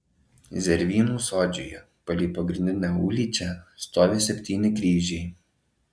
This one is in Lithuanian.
zervynų sodžiuje palei pagrindinę ulyčią stovi septyni kryžiai